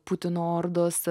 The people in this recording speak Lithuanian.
putino ordos